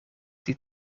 die